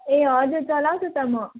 ए हजुर चलाउँछु त म